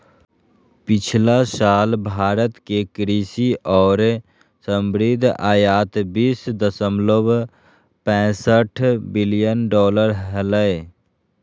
पिछला साल भारत के कृषि और संबद्ध आयात बीस दशमलव पैसठ बिलियन डॉलर हलय